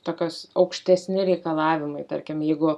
tokios aukštesni reikalavimai tarkim jeigu